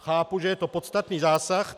Chápu, že je to podstatný zásah.